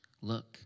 Look